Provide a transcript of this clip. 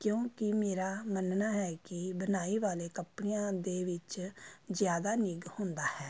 ਕਿਉਂਕਿ ਮੇਰਾ ਮੰਨਣਾ ਹੈ ਕਿ ਬੁਣਾਈ ਵਾਲੇ ਕੱਪੜਿਆਂ ਦੇ ਵਿੱਚ ਜ਼ਿਆਦਾ ਨਿੱਘ ਹੁੰਦਾ ਹੈ